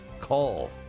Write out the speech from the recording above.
call